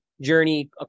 journey